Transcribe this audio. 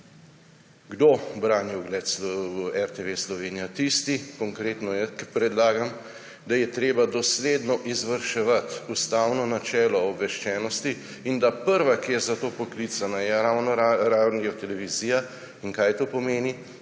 Kdo brani ugled RTV Slovenija? Tisti, konkretno jaz, ki predlagam, da je treba dosledno izvrševati ustavno načelo o obveščenosti, in da prva, ki je za to poklicana, je ravno Radiotelevizija. In kaj to pomeni?